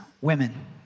women